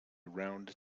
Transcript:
round